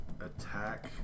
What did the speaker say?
attack